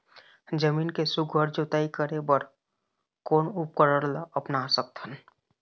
जमीन के सुघ्घर जोताई करे बर कोन उपकरण ला अपना सकथन?